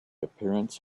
appearance